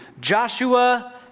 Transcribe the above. Joshua